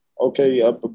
okay